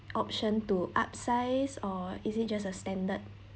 option to upsize or is it just a standard